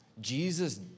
Jesus